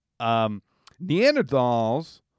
Neanderthals